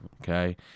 Okay